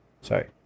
Sorry